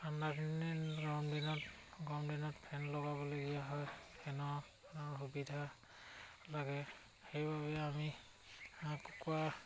ঠাণ্ড দিনত গৰম দিনত গৰম দিনত ফেন লগাবলগীয়া হয় ফেনৰ সুবিধা লাগে সেইবাবে আমি কুকুৰা